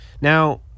Now